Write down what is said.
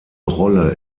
rolle